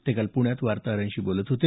ते काल प्ण्यात वार्ताहरांशी बोलत होते